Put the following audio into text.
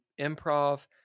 improv